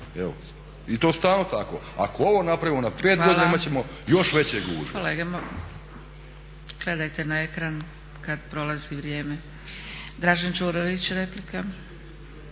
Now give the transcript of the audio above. I to je stalno tako. Ako ovo napravimo na pet godina imat ćemo još veće gužve.